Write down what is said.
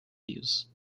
views